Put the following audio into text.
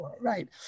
right